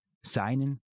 seinen